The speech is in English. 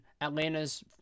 Atlanta's